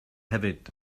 hefyd